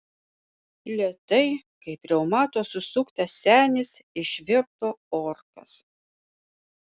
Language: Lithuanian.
lėtai kaip reumato susuktas senis išvirto orkas